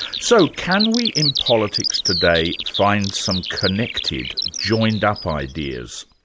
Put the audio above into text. so can we, in politics today, find some connective, joined-up ideas?